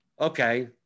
okay